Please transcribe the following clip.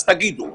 אז תגידו.